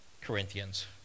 Corinthians